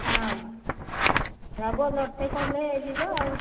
ହଁ ବୋଲେରୋଟେ କହିଲେ ଯିବା ଆଉ